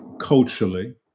culturally